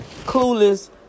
clueless